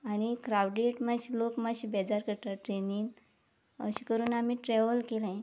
आनी क्रावडीड मातशे लोक मात्शे बेजार करता ट्रेनीन अशें करून आमी ट्रेवल केलें